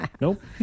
Nope